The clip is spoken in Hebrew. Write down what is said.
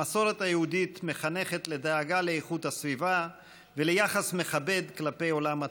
המסורת היהודית מחנכת לדאגה לאיכות הסביבה וליחס מכבד כלפי עולם הטבע.